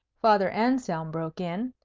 father anselm broke in.